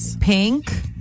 pink